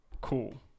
Cool